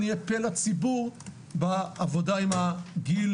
נהיה פה לציבור בעבודה עם הגיל,